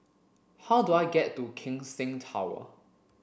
how do I get to Keck Seng Tower